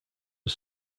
are